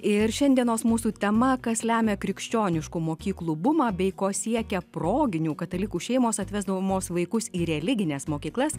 ir šiandienos mūsų tema kas lemia krikščioniškų mokyklų bumą bei ko siekia proginių katalikų šeimos atvesdamos vaikus į religines mokyklas